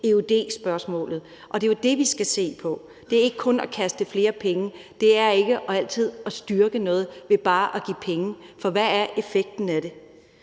eud-spørgsmålet, og det er jo det, vi skal se på; det er ikke kun at kaste flere penge i det, det er ikke altid at styrke noget ved bare at give penge, for hvad er effekten af det?